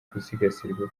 gusigasirwa